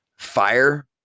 fire